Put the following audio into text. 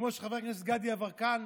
כמו שחבר הכנסת גדי יברקן,